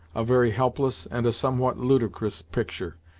a very helpless and a somewhat ludicrous picture.